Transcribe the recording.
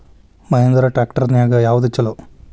Mahindra tractor ನ್ಯಾಗ ಯಾವ್ದ ಛಲೋ?